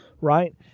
right